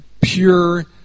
pure